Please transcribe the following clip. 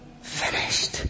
finished